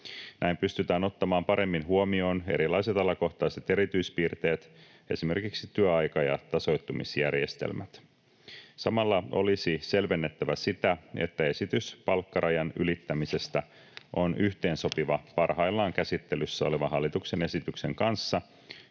Näin pystytään ottamaan paremmin huomioon erilaiset alakohtaiset erityispiirteet, esimerkiksi työaika- ja tasoittumisjärjestelmät. Samalla olisi selvennettävä sitä, että esitys palkkarajan ylittämisestä on yhteensopiva parhaillaan käsittelyssä olevan hallituksen esityksen kanssa,